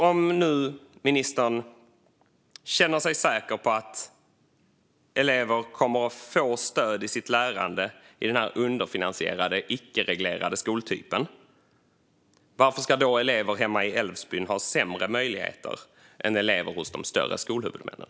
Om nu ministern känner sig säker på att elever kommer att få stöd i sitt lärande i den här underfinansierade, icke reglerade skoltypen, varför ska då elever i Älvsbyn ha sämre möjligheter än elever hos de större skolhuvudmännen?